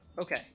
Okay